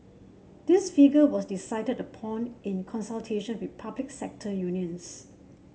this figure was decided upon in consultation with public sector unions